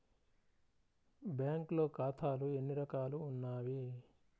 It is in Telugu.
బ్యాంక్లో ఖాతాలు ఎన్ని రకాలు ఉన్నావి?